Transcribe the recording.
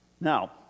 Now